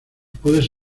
puedes